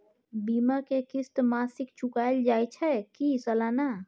बीमा के किस्त मासिक चुकायल जाए छै की सालाना?